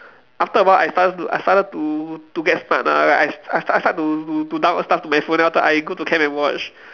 after a while I started to I started to to get smart ah I I start to to download stuff to my phone then after that I go to camp and watch